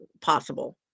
possible